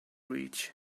reach